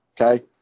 okay